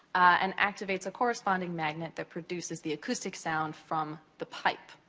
and activates a corresponding magnet that produces the acoustic sound from the pipe.